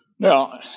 Now